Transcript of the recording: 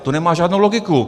To nemá žádnou logiku!